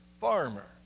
farmer